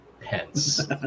pence